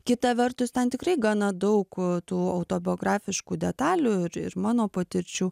kita vertus ten tikrai gana daug tų autobiografiškų detalių ir ir mano patirčių